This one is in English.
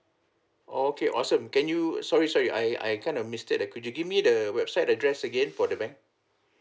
oh okay awesome can you sorry sorry I I kind of miss that ah could you give me the website address again for the bank